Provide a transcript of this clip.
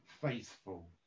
faithful